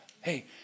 Hey